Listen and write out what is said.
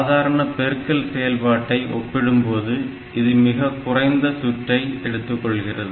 சாதாரண பெருக்கல் செயல்பாட்டை ஒப்பிடும்போது இது மிக குறைந்த சுற்றை எடுத்துக்கொள்கிறது